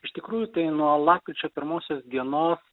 iš tikrųjų tai nuo lapkričio pirmosios dienos